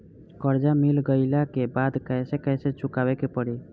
कर्जा मिल गईला के बाद कैसे कैसे चुकावे के पड़ी?